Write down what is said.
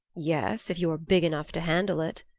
yes, if you're big enough to handle it,